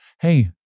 hey